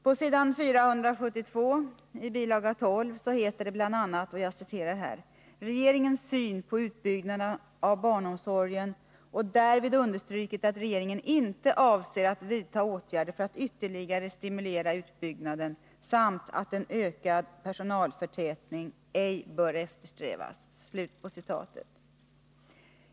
På s.472 i bilaga 12 heter det bl.a. att budgetministern i kompletteringspropositionen har framlagt ”regeringens syn på utbyggnaden av barnomsorgen och därvid understrukit att regeringen inte avser att vidta åtgärder för att ytterligare stimulera utbyggnaden samt att en ökad personalförtätning inte bör eftersträvas”.